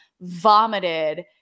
vomited